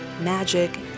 magic